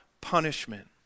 punishment